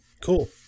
Cool